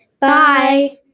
Bye